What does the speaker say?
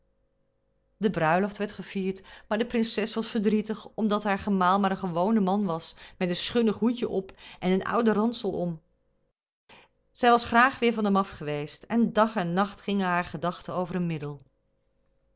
de bruiloft werd gevierd maar de prinses was verdrietig omdat haar gemaal maar een gewoon man was met een schunnig hoedje op en een ouden ransel om zij was graag weêr van hem af geweest en dag en nacht gingen haar gedachten over een middel